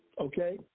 okay